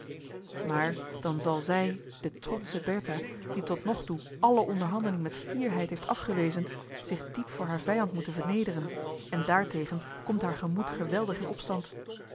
maar dan zal zij de trotsche bertha die tot nog toe alle onderhandeling met fierheid heeft afgewezen zich diep voor haar vijand moeten vernederen en daartegen komt haar gemoed geweldig in opstand